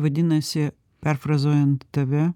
vadinasi perfrazuojant tave